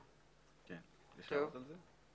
יש הערות על זה?